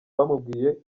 bamubwiye